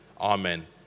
Amen